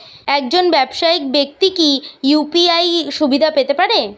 একজন ব্যাবসায়িক ব্যাক্তি কি ইউ.পি.আই সুবিধা পেতে পারে?